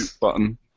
button